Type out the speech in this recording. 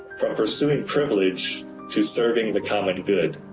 from pursuing privilege to serving the common good